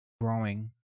growing